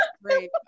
great